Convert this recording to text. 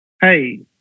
Hey